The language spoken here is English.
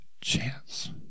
chance